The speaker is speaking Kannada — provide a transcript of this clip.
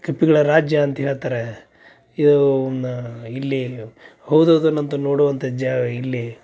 ಕಪಿಗಳ ರಾಜ್ಯ ಅಂತ ಹೇಳ್ತಾರೆ ಇವನ್ನು ಇಲ್ಲಿ ಹೌದೌದು ಅನ್ನುವಂಥ ನೋಡುವಂಥ ಜಾ ಇಲ್ಲಿ